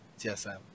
TSM